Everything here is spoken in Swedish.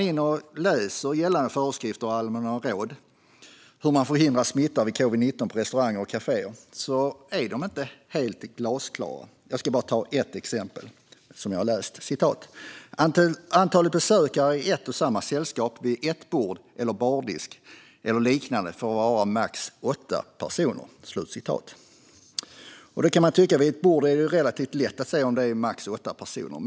De gällande föreskrifterna och allmänna råden om hur man förhindrar smitta av covid-19 på restauranger och kaféer är inte helt glasklara. Jag ska bara ta ett exempel, som jag har läst om: Antalet besökare i ett och samma sällskap vid ett bord, en bardisk eller liknande får vara max åtta. Man kan tycka att det vid ett bord är relativt lätt att se om det är max åtta personer.